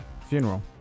funeral